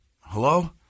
Hello